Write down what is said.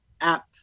app